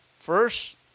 First